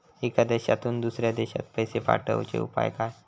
एका देशातून दुसऱ्या देशात पैसे पाठवचे उपाय काय?